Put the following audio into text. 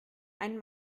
einen